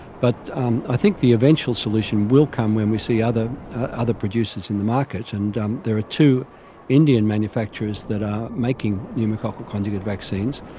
but um i think the eventual solution will come when we see other other producers in the market, and um there are two indian manufacturers that are making pneumococcal conjugate vaccines.